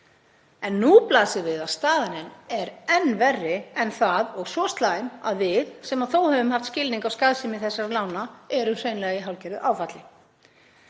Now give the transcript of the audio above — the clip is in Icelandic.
Nú blasir við að staðan er enn verri en það og svo slæm að við sem þó höfum haft skilning á skaðsemi þessara lána erum hreinlega í hálfgerðu áfalli.